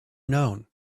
known